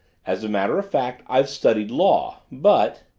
as a matter of fact, i've studied law but